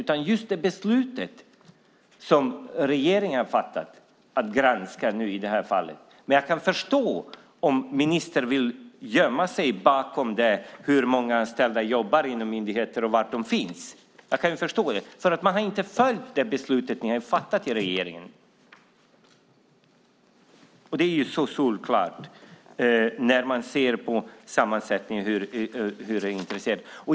Det är just det beslut regeringen har fattat som jag granskar i det här fallet. Jag kan förstå om ministern vill gömma sig bakom hur många anställda som jobbar i myndigheten och var de finns eftersom man inte har följt det beslut som ni i regeringen fattat. Det är solklart när man ser på hur sammansättningen är.